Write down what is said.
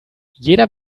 jeder